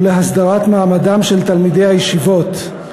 ולהסדרת מעמדתם של תלמידי הישיבות.